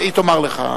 אני אעלה.